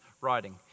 writing